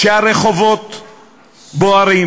כשהרחובות בוערים?